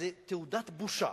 זו תעודת בושה.